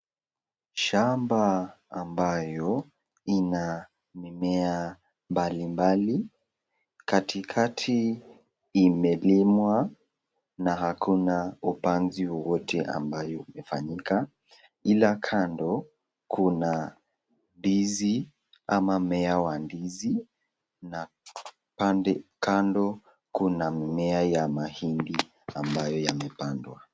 Shamba ambayo inamimea mbalimbali, katikati imelimwa na hakuna upanzi wowote ambayo umefanyika, ila kando kuna ndizi ama mmea wa ndizi na kando kuna mimea wa mahindi ambayo yamepandwa.